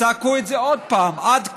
וצעקו את זה עוד פעם: עד כאן.